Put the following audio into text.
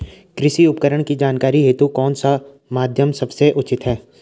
कृषि उपकरण की जानकारी हेतु कौन सा माध्यम सबसे उचित है?